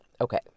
Okay